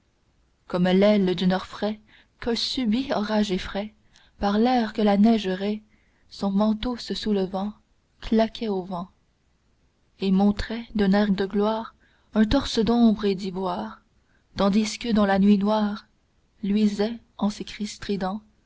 comme l'aile d'une orfraie qu'un subit orage effraie par l'air que la neige raie son manteau se soulevant claquait au vent et montrait d'un air de gloire un torse d'ombre et d'ivoire tandis que dans la nuit noire luisaient en des cris stridents